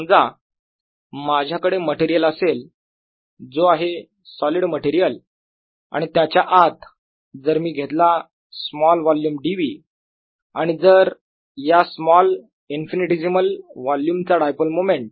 समजा माझ्याकडे मटेरियल असेल जो आहे सॉलिड मटेरियल आणि त्याच्या आत जर मी घेतला स्मॉल वोल्युम dv आणि जर या स्मॉल इन्फायनिटिझिमल वोल्युम चा डायपोल मोमेंट